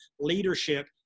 leadership